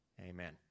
Amen